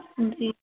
جی